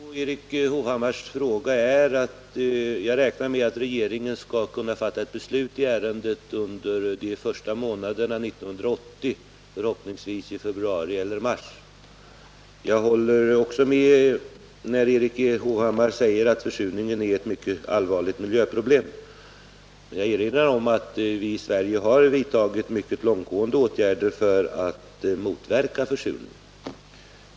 Herr talman! Svaret på Erik Hovhammars fråga blir att jag räknar med att regeringen skall kunna fatta ett beslut i ärendet under de första månaderna 1980, förhoppningsvis i februari eller mars. Jag håller med Erik Hovhammar när han säger att försurningen är ett mycket allvarligt miljöproblem, men vill erinra om att vi i Sverige har vidtagit mycket långtgående åtgärder för att motverka försurningen.